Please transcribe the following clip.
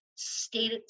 state